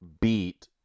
beat